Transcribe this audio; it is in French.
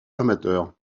amateur